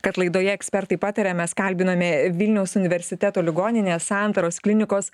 kad laidoje ekspertai pataria mes kalbinome vilniaus universiteto ligoninės santaros klinikos